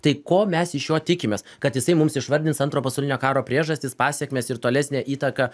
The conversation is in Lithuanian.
tai ko mes iš jo tikimės kad jisai mums išvardins antro pasaulinio karo priežastis pasekmes ir tolesnę įtaką